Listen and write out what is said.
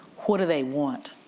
what do they want?